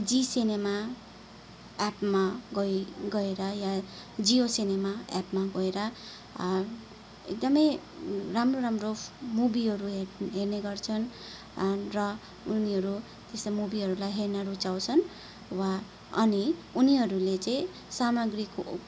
जी cinema एपमा गई गएर वा जियो सिनेमा एपमा गएर एकदमै राम्रो राम्रो मुभिहरू हेर हेर्ने गर्छन् र उनीहरू त्यस्तो मुभिहरूलाई हेर्न रुचाउँछन् वा अनि उनीहरूले चाहिँ सामग्रीको